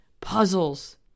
puzzles